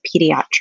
pediatrics